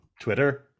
Twitter